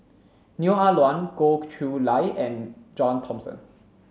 Neo Ah Luan Goh Chiew Lye and John Thomson